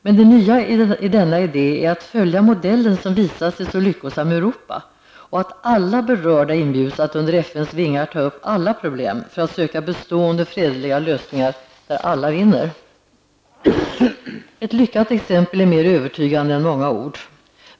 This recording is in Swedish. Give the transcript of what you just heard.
Men det nya i denna idé är att följa modellen som visat sig så lyckosam i Europa och att alla berörda inbjuds att under FNs vingar ta upp alla problem för att söka bestående fredliga lösningar där alla vinner. Ett lyckat exempel är mer övertygande än många ord.